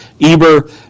Eber